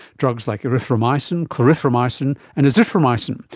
drugs like erythromycin, clarithromycin and azithromycin.